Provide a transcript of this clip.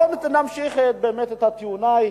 בואו נמשיך את טיעוני.